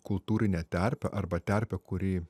kultūrinė terpė arba terpė kuri